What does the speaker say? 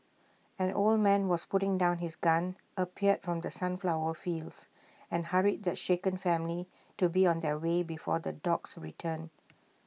an old man who was putting down his gun appeared from the sunflower fields and hurried the shaken family to be on their way before the dogs return